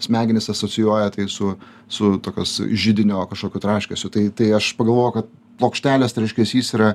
smegenys asocijuoja tai su su tokios židinio kažkokiu traškesiu tai tai aš pagalvojau kad plokštelės traškesys yra